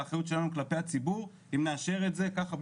באחריות שלנו כלפי הציבור אם נאשר את זה ככה,